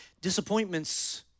disappointments